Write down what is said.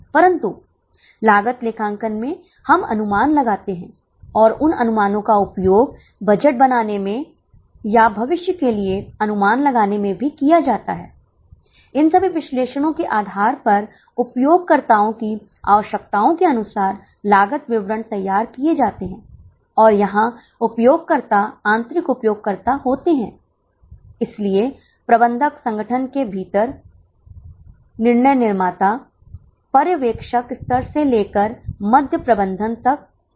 इसलिए हमने खाद्य वगैरह पर लागत की एक सूची बनाई है जो कि 20 60 80 और 20 है जो प्रति इकाई परिवर्तनीय लागत 108 बनाती है और प्रति शिक्षक परिवर्तनीय लागत 128 है ठीक है